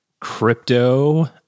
Crypto